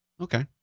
Okay